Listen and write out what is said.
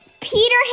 peter